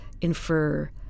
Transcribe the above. infer